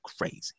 crazy